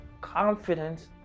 Confidence